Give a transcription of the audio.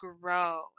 grow